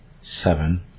seven